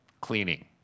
cleaning